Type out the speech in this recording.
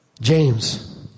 James